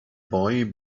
boy